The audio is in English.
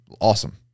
awesome